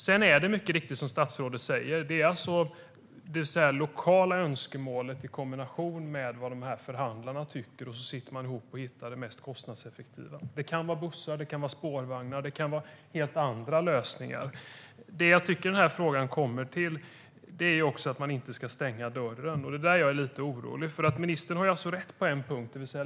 Sedan är det mycket riktigt som statsrådet säger, att det är lokala önskemål i kombination med vad förhandlarna tycker som tillsammans ska hitta det mest kostnadseffektiva. Det kan vara bussar, spårvagnar eller helt andra lösningar. Det som frågan utmynnar i är att man inte ska stänga dörren. Där är jag lite orolig. Ministern har rätt på en punkt.